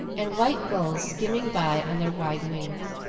and white gulls skimming by on their wide wings.